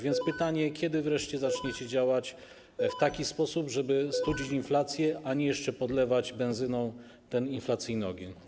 Więc pytanie jest takie: Kiedy wreszcie zaczniecie działać w taki sposób, żeby studzić inflację, a nie jeszcze podlewać benzyną inflacyjny ogień?